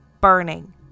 burning